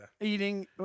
eating